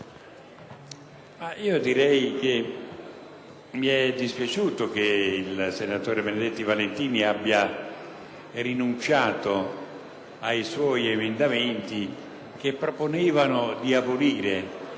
Presidente, mi edispiaciuto che il senatore Benedetti Valentini abbia rinunciato ai suoi emendamenti, che proponevano di abolire